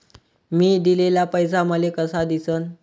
मी दिलेला पैसा मले कसा दिसन?